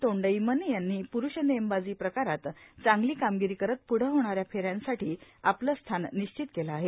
तोंडईमन यांनी प्रूष नेमबाजी प्रकारात चांगली कामगिरी करत प्रढं होणाऱ्या फेऱ्यांसाठी आपलं स्थान निश्चित केलं आहे